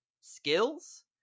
skills